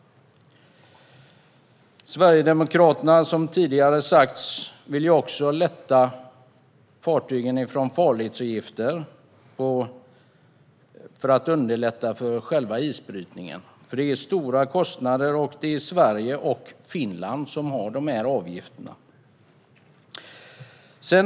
Sverigedemokraterna vill, som tidigare har sagts, också lätta på farledsavgifterna för att underlätta för isbrytningen. Det är stora kostnader för fartygen, och det är Sverige och Finland som har de här avgifterna.